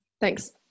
Thanks